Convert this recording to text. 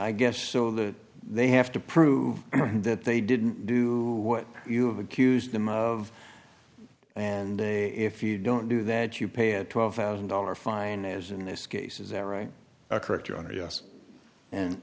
i guess so that they have to prove that they didn't do what you have accused them of and they if you don't do that you pay a twelve thousand dollars fine as in this case is that right correct your honor yes and